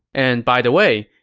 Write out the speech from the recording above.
and by the way,